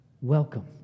Welcome